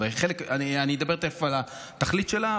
אני אדבר תכף על התכלית שלה,